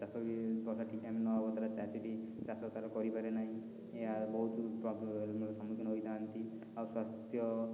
ଚାଷ ବି ଯଦି ବର୍ଷା ଠିକ ଟାଇମରେ ନ ହେବ ଚାଷୀଟି ଚାଷ ତାର କରିପାରେ ନାହିଁ ଏହାର ବହୁତ ସମ୍ମୁଖୀନ ହୋଇଥାନ୍ତି ସ୍ୱାସ୍ଥ୍ୟ